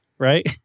Right